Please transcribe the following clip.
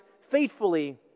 faithfully